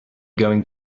going